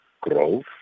growth